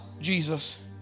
Jesus